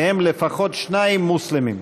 מהם לפחות שניים מוסלמים,